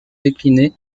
décliné